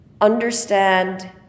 understand